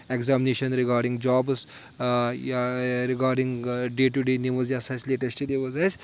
examination regarding jobs یا regarding day to day news یا ہَسا اَسہِ لیٹیسٹ نِوٕز آسہِ